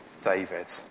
David